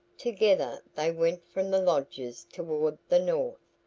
together they went from the lodges toward the north.